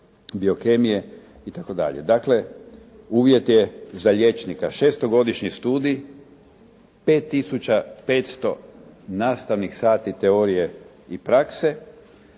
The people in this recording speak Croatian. biokemije itd.. Dakle, uvjet je za liječnika šestogodišnji studij, 5 tisuća 500 nastavnih sati teorije i prakse